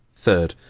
third.